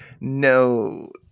No